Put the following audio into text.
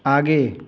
आगे